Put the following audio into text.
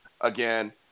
Again